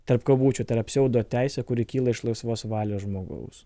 tarp kabučių tai yra pseudo teisę kuri kyla iš laisvos valios žmogaus